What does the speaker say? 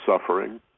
suffering